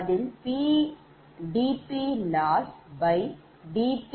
அதில் dPLossdPg10